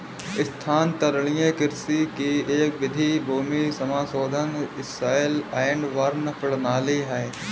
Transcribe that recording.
स्थानांतरित कृषि की एक विधि भूमि समाशोधन स्लैश एंड बर्न प्रणाली है